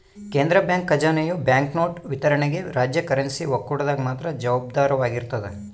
ಕೇಂದ್ರ ಬ್ಯಾಂಕ್ ಖಜಾನೆಯು ಬ್ಯಾಂಕ್ನೋಟು ವಿತರಣೆಗೆ ರಾಜ್ಯ ಕರೆನ್ಸಿ ಒಕ್ಕೂಟದಾಗ ಮಾತ್ರ ಜವಾಬ್ದಾರವಾಗಿರ್ತದ